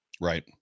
Right